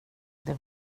det